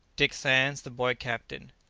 dick sands the boy captain.